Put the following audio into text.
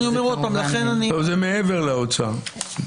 לא, זה מעבר לאוצר.